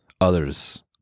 Others